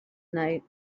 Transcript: night